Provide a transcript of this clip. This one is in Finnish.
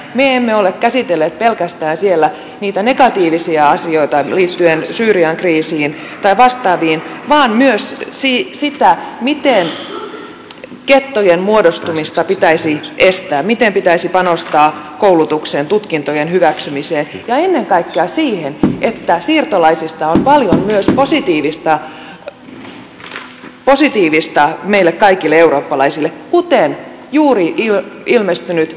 me emme ole käsitelleet siellä pelkästään niitä negatiivisia asioita liittyen syyrian kriisiin tai vastaaviin vaan myös sitä miten gettojen muodostumista pitäisi estää miten pitäisi panostaa koulutukseen tutkintojen hyväksymiseen ja ennen kaikkea siihen että siirtolaisista on paljon myös positiivista meille kaikille eurooppalaisille kuten juuri ilmestyneessä temin raportissa kerrotaan maahanmuuttajista